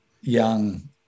young